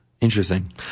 Interesting